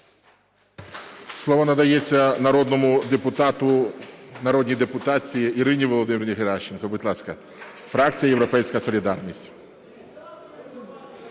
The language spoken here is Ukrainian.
Слово надається народному депутату… народній депутатці Ірині Володимирівні Геращенко, будь ласка, фракція "Європейська солідарність".